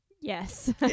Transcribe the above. yes